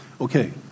Okay